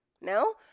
no